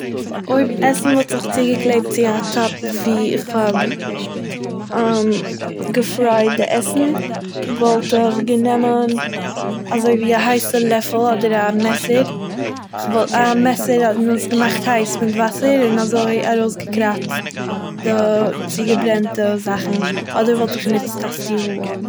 אויב עסן וואלט זיך צוגעקלעבט צו א טאפ וואו איך האב געפרייט די עסן, וואלט איך גענעמען אזוי ווי א הייסע לעפל אדער א מעסער, כ'וואל א מעסער, מ'וואלט עס געמאכט הייס מיט וואסער און אזוי ארויסגעקראצט די צוגעברענטע זאכן, אדער וואלט איך גענוצט א סטיל-וואל.